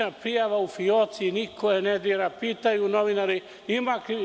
Krivična prijava u fioci, niko je ne dira, pitaju novinari – ima li?